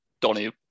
Donnie